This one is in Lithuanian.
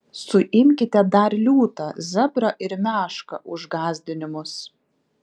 suimkite dar liūtą zebrą ir mešką už gąsdinimus